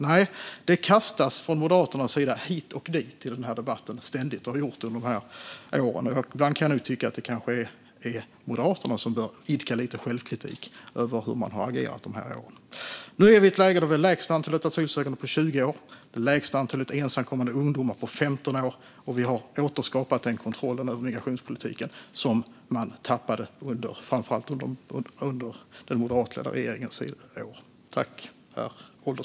Nej, Moderaterna har under åren ständigt kastat sig hit och dit i debatten, och ibland tycker jag att det är Moderaterna som bör idka lite självkritik över hur man har agerat. Nu är vi i ett läge då vi har det lägsta antalet asylsökande på 20 år och det lägsta antalet ensamkommande ungdomar på 15 år, och vi har återskapat den kontroll över migrationspolitiken som man tappade under framför allt den moderatledda regeringens år.